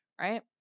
right